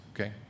okay